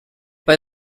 bei